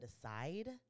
decide